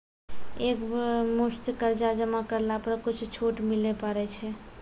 एक मुस्त कर्जा जमा करला पर कुछ छुट मिले पारे छै?